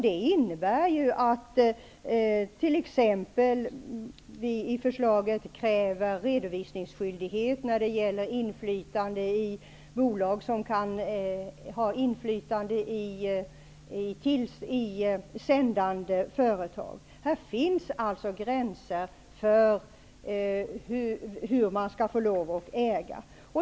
Det innebär att vi i förslaget t.ex. kräver redovisningsskyldighet när det gäller bolag som kan ha inflytande i sändande företag. Det finns alltså begränsningar i hur man får äga.